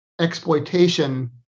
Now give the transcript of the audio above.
exploitation